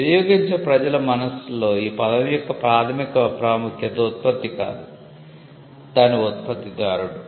వినియోగించే ప్రజల మనస్సులలో ఈ పదం యొక్క ప్రాధమిక ప్రాముఖ్యత ఉత్పత్తి కాదు దాని ఉత్పత్తిదారుడు